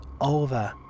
over